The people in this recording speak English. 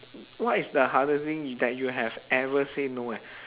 what is the hardest thing that you have ever say no eh